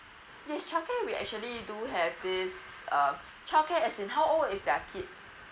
this childcare we actually do have this uh childcare as in how old is their kid